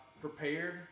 prepared